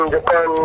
Japan